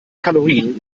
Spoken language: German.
kalorien